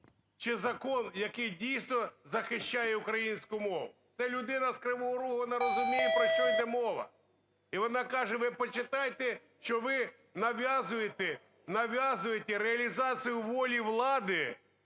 чи закон, який дійсно захищає українську мову. Це людина з Кривого Рогу, вона розуміє про що іде мова. І вона каже: ви почитайте, що ви нав'язуєте, нав'язуєте реалізацію волі влади